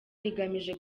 igamije